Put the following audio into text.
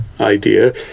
idea